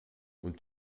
und